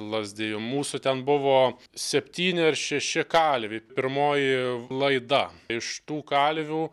lazdijų mūsų ten buvo septyni ar šeši kalviai pirmoji laida iš tų kalvių